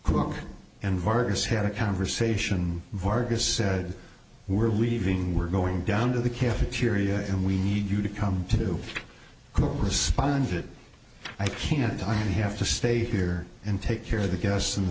cook and vargas had a conversation vargas said we're leaving we're going down to the cafeteria and we need you to come to responded i can't i have to stay here and take care the guests in the